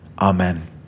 Amen